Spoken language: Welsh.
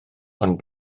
ond